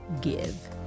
give